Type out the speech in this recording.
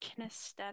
Kinesthetic